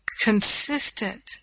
consistent